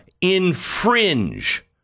infringe